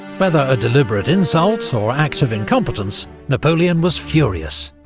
whether a deliberate insult or act of incompetence, napoleon was furious,